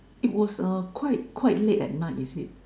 it was uh quite quite late at night is it